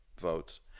votes